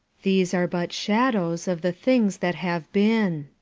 these are but shadows of the things that have been,